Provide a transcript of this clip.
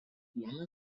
vieno